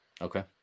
Okay